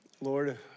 Lord